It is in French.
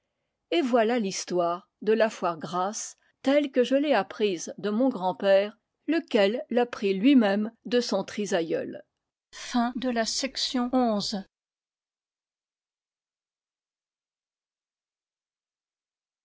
et voilà l'histoire de la foire grasse telle que je l'ai apprise de mon grand-père lequel l'apprit lui-même de son trisaïeul